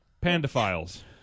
Panda-files